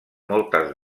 moltes